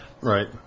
Right